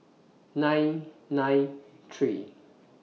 nine nine three